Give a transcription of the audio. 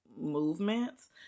movements